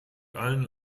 allen